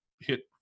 hit